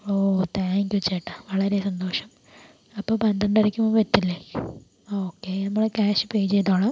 oh thank you ചേട്ടാ വളരെ സന്തോഷം അപ്പോൾ പന്ത്രണ്ടരക്ക് മുമ്പ് എത്തില്ലേ ആ ഓക്കെ നമ്മൾ ക്യാഷ് പേ ചെയ്തോളും